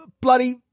bloody